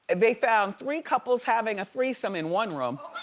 and they found three couples having a threesome in one room.